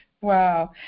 Wow